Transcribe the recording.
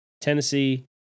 Tennessee